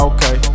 Okay